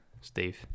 steve